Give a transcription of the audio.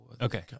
Okay